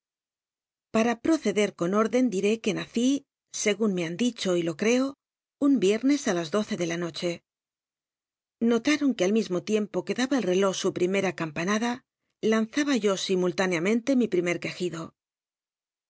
para proceder con órden clité que nací segun me han dicho y lo cteo un l'iel'lle í las doce de lu noche notaron que al mismo tiempo que daba el reló su primera campanada lanzaba yo simultáneamente mi primer jucjido